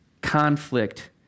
conflict